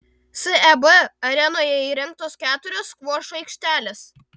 seb arenoje įrengtos keturios skvošo aikštelės